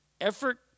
effort